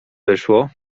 wyszło